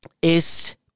es